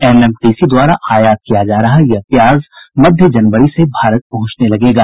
M M T C द्वारा आयात किया जा रहा यह प्याज मध्य जनवरी से भारत पहुंचने लगेगा